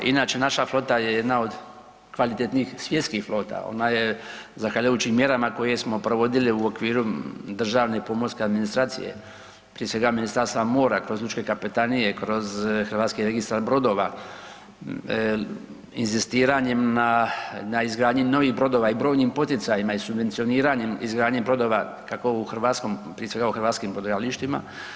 Inače naša flota je jedna od kvalitetnijih svjetskih flota, ona je zahvaljujući mjerama koje smo provodili u okviru državne i pomorske administracije prije svega Ministarstva mora, kroz lučke kapetanije kroz Hrvatski registar brodova, inzistiranjem na izgradnji novih brodova i brojnim poticajima i subvencioniranjem izgradnje brodova kako u hrvatskom prije svega u hrvatskim brodogradilištima.